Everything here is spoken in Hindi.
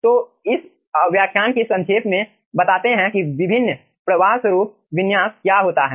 तो इस व्याख्यान को संक्षेप में बताते हैं कि विभिन्न प्रवाह स्वरूप विन्यास क्या होता है